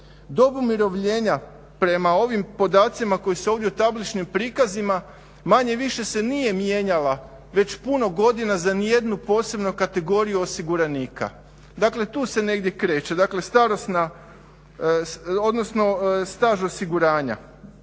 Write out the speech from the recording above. dob umirovljenja prema ovim podacima koji su ovdje u tabličnim prikazima, manje-više se nije mijenjala već puno godina za ni jednu posebnu kategoriju osiguranika. Dakle, tu se negdje kreće, dakle starosna, odnosno staž osiguranja,